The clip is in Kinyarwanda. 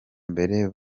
mbere